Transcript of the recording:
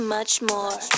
Muchmore